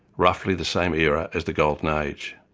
roughly the same era as the golden age.